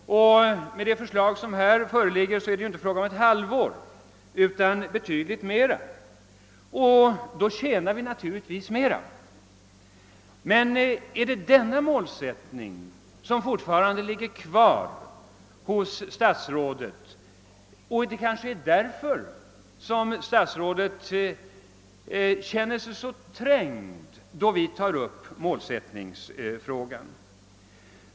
I föreliggande förslag är det inte fråga om att minska genomströmningshastigheten med ett halvår utan med betydligt mer, och då tjänar vi naturligtvis mer. Har statsrådet fortfarande denna målsättning, och är det kanske därför statsrådet känner sig så trängd då vi tar upp målsättningsfrågan?